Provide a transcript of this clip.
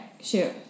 Shoot